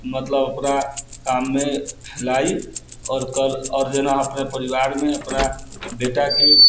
मतलब अपना काममे लाइ आओर कल आओर जेना अपने परिवारमे अपना बेटाके